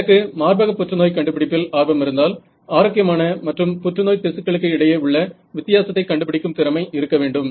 எனக்கு மார்பக புற்றுநோய் கண்டுபிடிப்பில் ஆர்வமிருந்தால் ஆரோக்கியமான மற்றும் புற்றுநோய் திசுக்களுக்கு இடையே உள்ள வித்தியாசத்தை கண்டுபிடிக்கும் திறமை இருக்க வேண்டும்